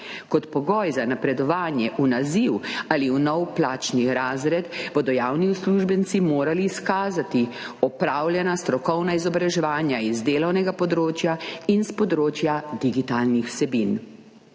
kot pogoj za napredovanje v naziv ali v nov plačni razred bodo javni uslužbenci morali izkazati opravljena strokovna izobraževanja z delovnega področja in s področja digitalnih vsebin.